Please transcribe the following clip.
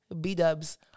B-dubs